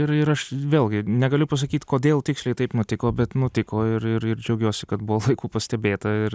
ir ir aš vėlgi negaliu pasakyt kodėl tiksliai taip nutiko bet nutiko ir ir ir džiaugiuosi kad buvo laiku pastebėta ir